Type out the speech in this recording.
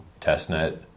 testnet